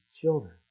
children